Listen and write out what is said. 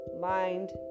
mind